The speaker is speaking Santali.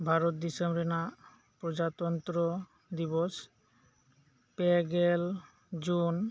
ᱵᱷᱟᱨᱚᱛ ᱫᱤᱥᱚᱢ ᱨᱮᱱᱟᱜ ᱯᱨᱚᱡᱟ ᱛᱚᱱᱛᱨᱚ ᱫᱤᱵᱚᱥ ᱯᱮ ᱜᱮᱞ ᱡᱩᱱ